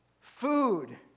Food